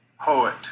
poet